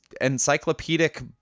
encyclopedic